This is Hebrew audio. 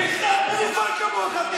תסתום את הפה, חתיכת מלוכלך שכמוך.